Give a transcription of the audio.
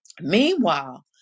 Meanwhile